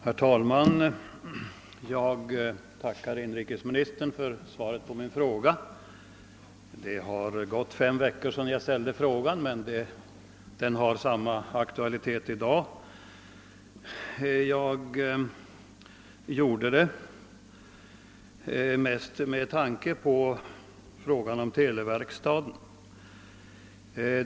Herr talman! Jag tackar inrikesministern för svaret på min fråga. Det har nu gått fem veckor sedan jag framställde frågan, men den har samma aktualitet i dag. Jag gjorde det mest med tanke på frågan om teleunderhållsverkstaden.